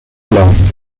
plan